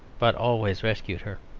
but always rescued her.